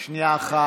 רגע, רגע, שנייה אחת.